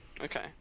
Okay